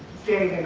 very